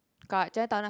dekat Chinatown ah